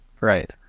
Right